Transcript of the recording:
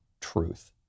truth